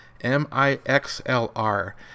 M-I-X-L-R